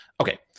Okay